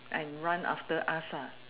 and run after us ah